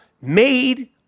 made